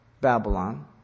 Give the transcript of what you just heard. Babylon